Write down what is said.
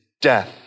death